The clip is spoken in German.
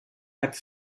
app